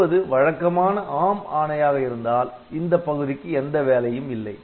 வருவது வழக்கமான ARM ஆணையாக இருந்தால் இந்த பகுதிக்கு எந்த வேலையும் இல்லை